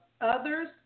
others